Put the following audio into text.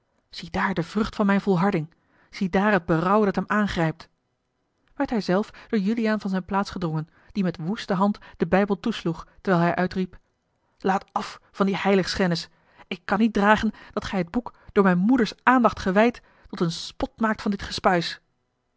de vrucht van mijne volharding ziedaar het berouw dat hem aangrijpt werd hij zelf door juliaan van zijne plaats gedrongen die met woeste hand den bijbel toesloeg terwijl hij uitriep laat af van die heiligschennis ik kan niet dragen dat gij het boek door mijns moeders aandacht gewijd tot een spot maakt van dit